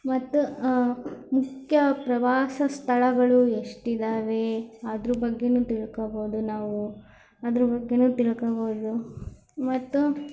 ಮತ್ತು ಮುಖ್ಯ ಪ್ರವಾಸ ಸ್ಥಳಗಳು ಎಷ್ಟಿದ್ದಾವೆ ಅದ್ರ ಬಗ್ಗೆಯೂ ತಿಳ್ಕೊಬೋದು ನಾವು ಅದ್ರ ಬಗ್ಗೆಯೂ ತಿಳ್ಕೋಬೋದು ಮತ್ತು